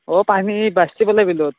অ' পানী বাঢ়িছে বোলে বিলত